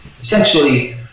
essentially